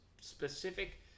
specific